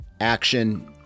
Action